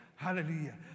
Hallelujah